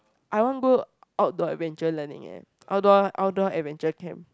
I want go Outdoor Adventure learning eh outdoor Outdoor Adventure camp